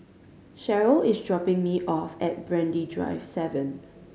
Cherryl is dropping me off at Brani Drive Seven